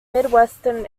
midwestern